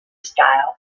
style